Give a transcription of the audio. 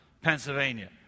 Pennsylvania